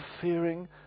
fearing